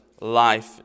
life